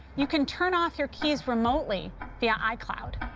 you can turn off your keys remotely via icloud.